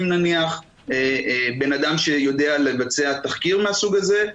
יש אדם שיודע לבצע תחקיר מן הסוג הזה.